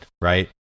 right